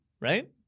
right